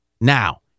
Now